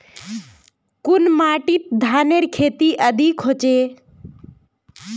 कुन माटित धानेर खेती अधिक होचे?